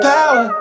Power